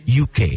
UK